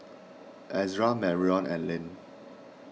Ezra Marrion and Len